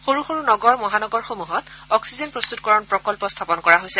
সৰু সৰু নগৰ মহানগৰসমূহত অক্সিজেন প্ৰস্তুতকৰণ প্ৰকল্প স্থাপন কৰা হৈছে